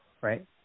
right